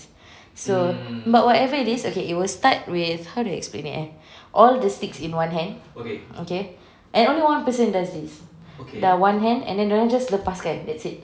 so but whatever it is okay it will start with how to explain it eh all the sticks in one hand okay and only one person does this dah one hand and then dorang just lepaskan that's it